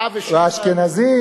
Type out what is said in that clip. את האשכנזים שכחת.